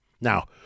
Now